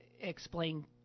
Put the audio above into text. Explain